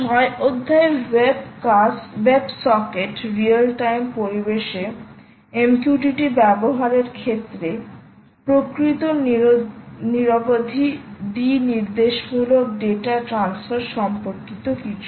6 অধ্যায় web socket real time পরিবেশে MQTT ব্যবহারের ক্ষেত্রে প্রকৃত নিরবধি দ্বি নির্দেশমূলক ডেটা ট্রান্সফার সম্পর্কিত কিছু